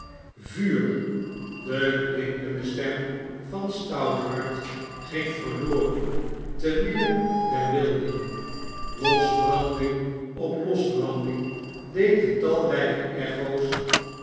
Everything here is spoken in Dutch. vuur de klinkende stem van stouthart ging verloren te midden der wilden losbranding op losbranding deed de talryke echo's